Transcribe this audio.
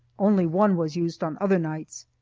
only one was used on other nights.